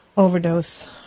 Overdose